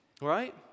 right